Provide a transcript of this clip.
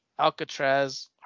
Alcatraz